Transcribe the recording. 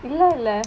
இல்ல இல்ல:illa illa